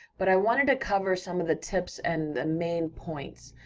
but i wanted to cover some of the tips and the main points.